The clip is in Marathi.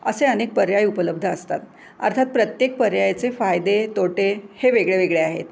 असे अनेक पर्याय उपलब्ध असतात अर्थात प्रत्येक पर्यायाचे फायदे तोटे हे वेगळेवेगळे आहेत